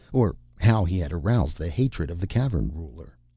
or how he had aroused the hatred of the cavern ruler.